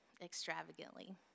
extravagantly